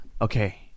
Okay